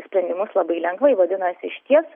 sprendimus labai lengvai vadinasi išties